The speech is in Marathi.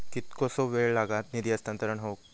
कितकोसो वेळ लागत निधी हस्तांतरण हौक?